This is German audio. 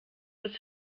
das